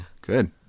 Good